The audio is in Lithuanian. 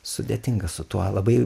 sudėtinga su tuo labai